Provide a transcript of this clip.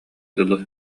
дылы